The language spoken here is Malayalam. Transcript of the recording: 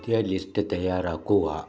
ഒരു പുതിയ ലിസ്റ്റ് തയ്യാറാക്കുക